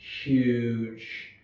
huge